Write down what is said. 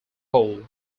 pole